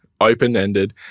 open-ended